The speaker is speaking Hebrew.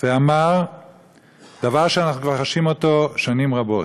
ואמר דבר שאנחנו כבר חשים אותו שנים רבות: